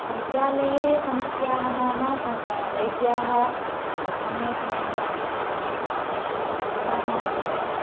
वैद्यालये समस्याः नाम स वैद्याः समये समये न आगच्छन्ति स्म रुग्णानां कृते